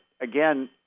again